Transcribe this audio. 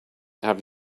have